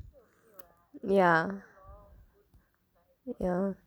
ya ya